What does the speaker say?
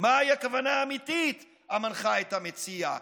מהי הכוונה האמיתית המנחה את המציע".